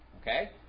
Okay